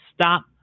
Stop